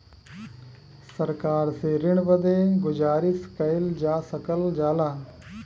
सरकार से ऋण बदे गुजारिस कइल जा सकल जाला